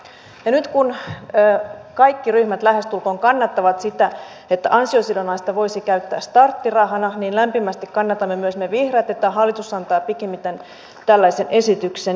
nyt kun kaikki ryhmät lähestulkoon kannattavat sitä että ansiosidonnaista voisi käyttää starttirahana niin lämpimästi kannatamme myös me vihreät että hallitus antaa pikimmiten tällaisen esityksen